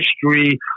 history